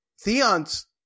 Theon's